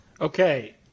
Okay